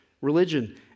religion